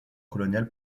coloniale